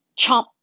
Chomp